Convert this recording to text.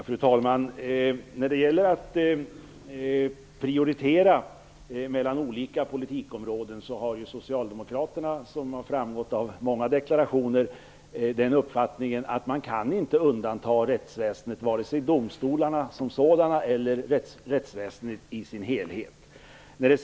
Fru talman! När det gäller att prioritera mellan olika områden inom politiken har ju socialdemokraterna - som har framgått av många deklarationer - uppfattningen att man inte kan undanta rättsväsendet, vare sig domstolarna som sådana eller rättsväsendet i dess helhet.